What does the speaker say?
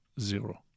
zero